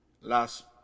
Last